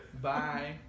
Bye